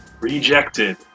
Rejected